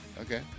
Okay